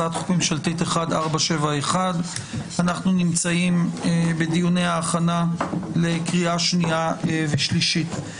הצעת חוק ממשלתית 1471\ אנחנו נמצאים בדיוני הכנה לקריאה שנייה ושלישית.